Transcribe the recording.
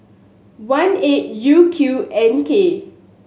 one eight U Q N K